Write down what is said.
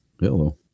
hello